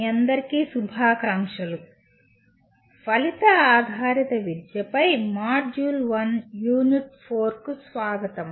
మీ అందరికీ శుభాకాంక్షలు మరియు ఫలిత ఆధారిత విద్యపై మాడ్యూల్ 1 యూనిట్ 4 కు స్వాగతం